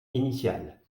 initiale